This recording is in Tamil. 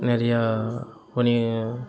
நிறைய வணிக